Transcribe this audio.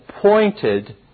pointed